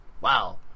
Wow